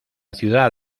ciudad